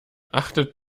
achtet